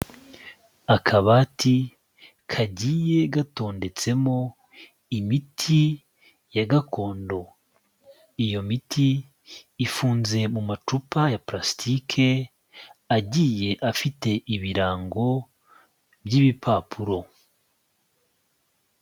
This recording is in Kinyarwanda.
Akabati kagiye gatondetsemo imiti ya gakondo, iyo miti ifunze mu macupa ya purasitike agiye afite ibirango by'ibipapuro.